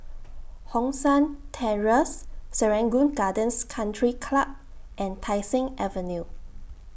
Hong San Terrace Serangoon Gardens Country Club and Tai Seng Avenue